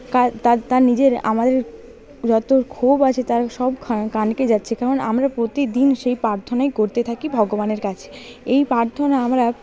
কার তাঁর তাঁর নিজের আমাদের যত ক্ষোভ আছে তাঁর সবখান কানকে যাচ্ছে কারণ আমরা প্রতিদিন সেই প্রার্থনাই করতে থাকি ভগবানের কাছে এই প্রার্থনা আমরা